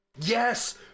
Yes